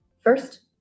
First